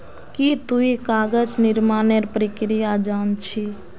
की तुई कागज निर्मानेर प्रक्रिया जान छि